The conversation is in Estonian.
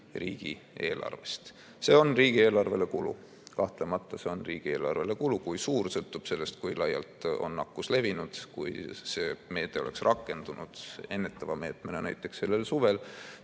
riigieelarvest. See on riigieelarvele kulu. Kahtlemata see on riigieelarvele kulu – kui suur, sõltub sellest, kui laialt on nakkus levinud. Kui see meede oleks rakendunud ennetava meetmena näiteks sellel suvel,